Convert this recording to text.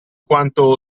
quanto